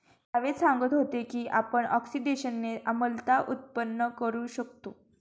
जावेद सांगत होते की आपण ऑक्सिडेशनने आम्लता उत्पन्न करू शकतो